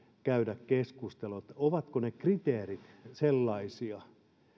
käydä keskustelua ovatko ne kriteerit sellaisia